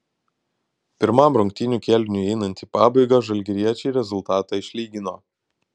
pirmam rungtynių kėliniui einant į pabaigą žalgiriečiai rezultatą išlygino